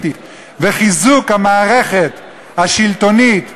וחיזוק המערכת השלטונית הבלתי-נבחרת,